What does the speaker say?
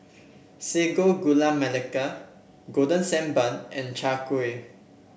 Sago Gula Melaka Golden Sand Bun and Chai Kueh